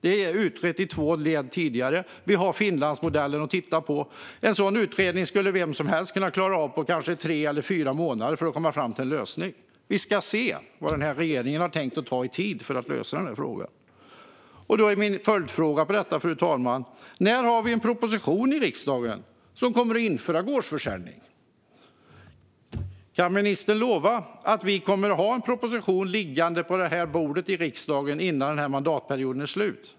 Det är utrett i två led tidigare, och vi har Finlandsmodellen att titta på. En sådan utredning skulle vem som helst kunna klara av på kanske tre eller fyra månader och komma fram till en lösning. Vi får se hur lång tid regeringen har tänkt ta på sig för att lösa denna fråga. Jag har en följdfråga på detta, fru talman: När får vi en proposition i riksdagen som inför gårdsförsäljning? Kan ministern lova att vi kommer att ha en proposition liggande på bordet i riksdagen innan denna mandatperiod är slut?